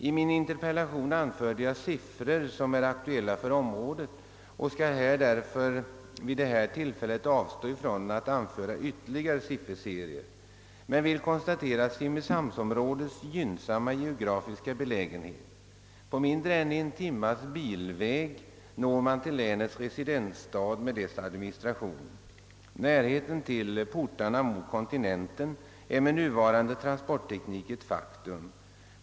I min interpellation anförde jag aktuella siffror för området, och jag skall därför avstå från att vid detta tillfälle anföra ytterligare sifferserier. Jag vill emellertid konstatera att simrishamnsområdet har en mycket gynn sam geografisk belägenhet. På mindre än en timme når man med bil länets residensstad med dess administration. Närheten till »portarna» mot kontinenten är, med nuvarande transportteknik, ett faktum.